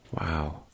Wow